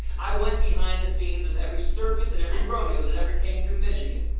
i went behind the scenes of every circus and every rodeo that ever came through michigan.